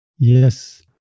Yes